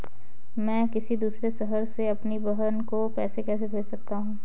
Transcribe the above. मैं किसी दूसरे शहर से अपनी बहन को पैसे कैसे भेज सकता हूँ?